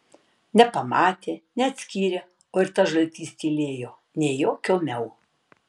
nepamatė neatskyrė o ir tas žaltys tylėjo nė jokio miau